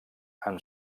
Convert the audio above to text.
amb